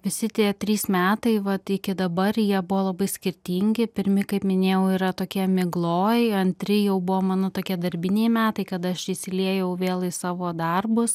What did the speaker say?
visi tie trys metai vat iki dabar jie buvo labai skirtingi pirmi kaip minėjau yra tokie migloj antri jau buvo mano tokie darbiniai metai kada aš įsiliejau vėl į savo darbus